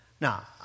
Now